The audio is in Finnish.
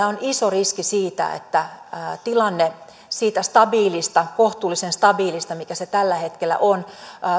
on iso riski että tilanne siitä kohtuullisen stabiilista mikä se tällä hetkellä on